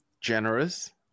generous